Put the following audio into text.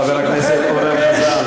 חבר הכנסת אורן חזן,